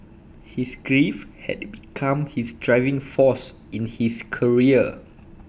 his grief had become his driving force in his career